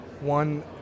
one